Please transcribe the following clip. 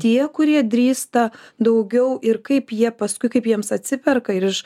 tie kurie drįsta daugiau ir kaip jie paskui kaip jiems atsiperka ir iš